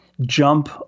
jump